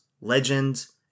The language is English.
legends